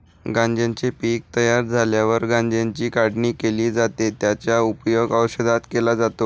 गांज्याचे पीक तयार झाल्यावर गांज्याची काढणी केली जाते, त्याचा उपयोग औषधात केला जातो